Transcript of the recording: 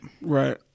Right